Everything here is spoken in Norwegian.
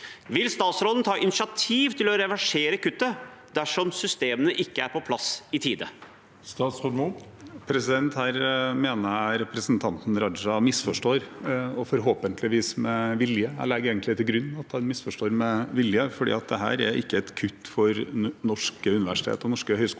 Vil statsråden ta initiativ til å reversere kuttet dersom systemene ikke er på plass i tide? Statsråd Ola Borten Moe Her mener jeg representanten Raja misforstår, og forhåpentligvis med vilje. Jeg legger egentlig til grunn at han misforstår med vilje, fordi dette er ikke et kutt for norske universiteter og norske høgskoler.